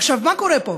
עכשיו, מה קורה פה?